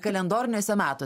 kalendoriniuose metuos